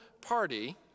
party